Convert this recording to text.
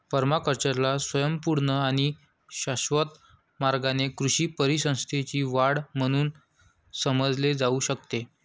पर्माकल्चरला स्वयंपूर्ण आणि शाश्वत मार्गाने कृषी परिसंस्थेची वाढ म्हणून समजले जाऊ शकते